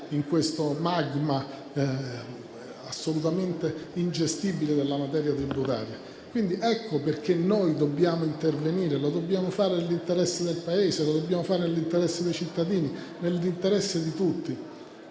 in questo magma assolutamente ingestibile della materia tributaria? Ecco perché noi dobbiamo intervenire. Lo dobbiamo fare nell'interesse del Paese, nell'interesse dei cittadini, nell'interesse di tutti.